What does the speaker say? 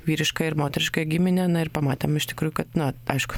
vyrišką ir moterišką giminę na ir pamatėm iš tikrųjų kad na aišku